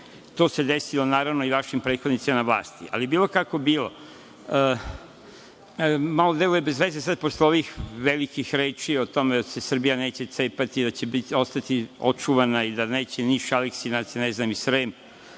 To se desilo, naravno, i vašim prethodnicima na vlasti. Bilo kako bilo, malo deluje bez veze sad posle ovih velikih reči o tome da se Srbija neće cepati, da će ostati očuvana i da neće Niš, Aleksinac i ne znam Srem